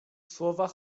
słowa